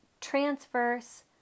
transverse